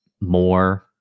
more